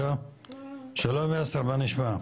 שלום יאסר מה נשמע?